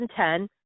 2010